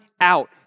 out